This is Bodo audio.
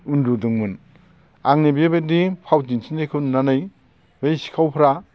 उन्दुदोंमोन आंनि बेबायदि फाव दिन्थिनायखौ नुनानै बै सिखावफ्रा